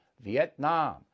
Vietnam